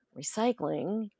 recycling